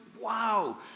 wow